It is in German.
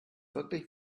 wirklich